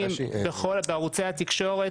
בערוצי התקשורת,